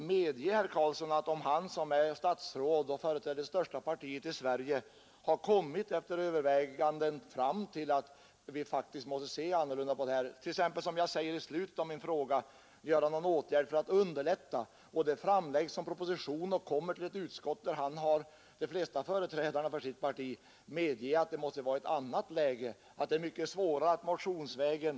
Medge, herr Carlsson, att det är en viss skillnad om Ni, som är statsråd och företräder det största partiet i Sverige, efter överväganden har kommit fram till att vi faktiskt måste se annorlunda på detta problem och t.ex., som det står i den andra frågan i min interpellation, ”vidtaga någon åtgärd som underlättar” det arbete det gäller. Framlägger Ni då en proposition och denna kommer till ett utskott, där företrädarna för Ert parti utgör flertalet, så måste det vara ett annat läge än om några enstaka ledamöter går fram motionsvägen.